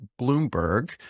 Bloomberg